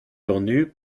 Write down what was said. connu